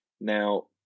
now